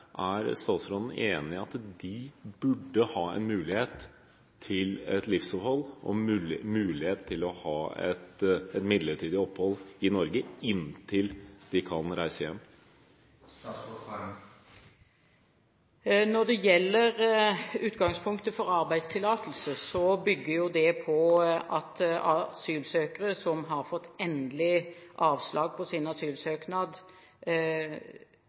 Er statsråden enig i at de burde ha mulighet til livsopphold og mulighet til å få midlertidig opphold i Norge inntil de kan reise hjem? Når det gjelder utgangspunktet for arbeidstillatelse, bygger det på at asylsøkere som har fått endelig avslag på sin asylsøknad